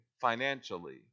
financially